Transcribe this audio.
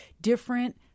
different